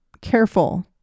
careful